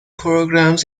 programs